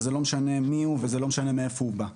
וזה לא משנה מיהו וזה לא משנה מאיפה הוא בא.